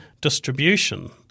distribution